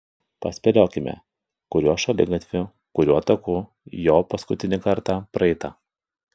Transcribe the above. paspėliokime kuriuo šaligatviu kuriuo taku jo paskutinį kartą praeita